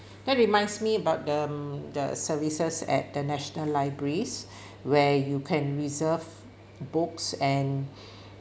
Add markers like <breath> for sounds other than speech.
that reminds me about the um the services at the national libraries <breath> where you can reserve books and